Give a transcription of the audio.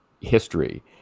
history